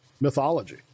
mythology